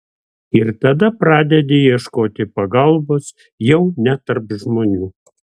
ir tada pradedi ieškoti pagalbos jau ne tarp žmonių